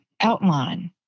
outline